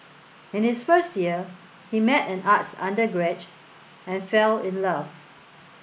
in his first year he met an arts undergraduate and fell in love